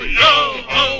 yo-ho